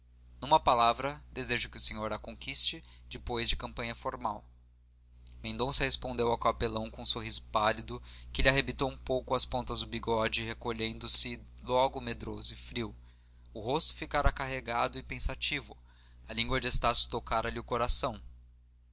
numa palavra deseja que o senhor a conquiste depois de campanha formal mendonça respondeu ao capelão com um sorriso pálido que arrebitou um pouco as pontas do bigode recolhendo-se logo medroso e frio o rosto ficara carregado e pensativo a língua de estácio tocara lhe o coração